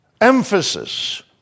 emphasis